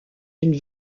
une